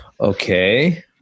okay